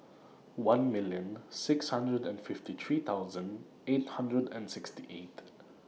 one million six hundred and fifty three thousand eight hundred and sixty eight